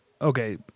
okay